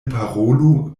parolu